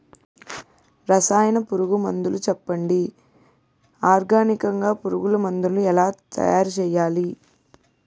రసాయన పురుగు మందులు చెప్పండి? ఆర్గనికంగ పురుగు మందులను ఎలా తయారు చేయాలి?